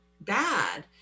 bad